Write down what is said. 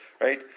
right